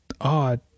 odd